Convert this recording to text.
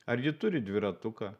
ar ji turi dviratuką